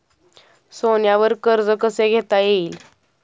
सोन्यावर कर्ज कसे घेता येईल?